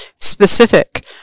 specific